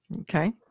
Okay